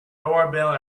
doorbell